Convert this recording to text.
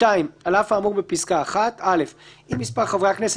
(2)על אף האמור בפסקה (1) (א)אם מספר חברי הכנסת